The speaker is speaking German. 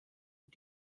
und